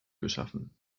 geschaffen